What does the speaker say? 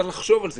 צריך לחשוב על זה,